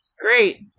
Great